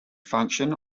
function